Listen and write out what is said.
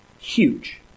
Huge